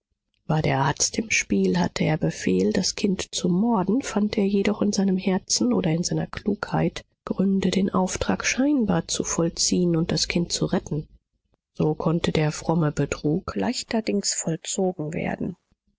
war der arzt im spiel hatte er befehl das kind zu morden fand er jedoch in seinem herzen oder in seiner klugheit gründe den auftrag scheinbar zu vollziehen und das kind zu retten so konnte der fromme betrug leichterdings vollzogen werden